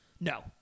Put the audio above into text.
No